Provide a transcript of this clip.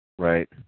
Right